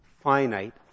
finite